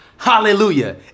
Hallelujah